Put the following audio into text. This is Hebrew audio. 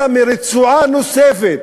אלא מרצועה נוספת